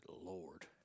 Lord